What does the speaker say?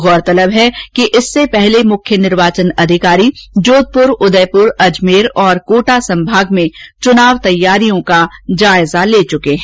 गौरतलब है कि इससे पहले मुख्य निर्वाचन अधिकारी जोधपुर उदयपुर अजमेर और कोटा संभाग में चुनावी तैयारियों का जायजा ले चुके हैं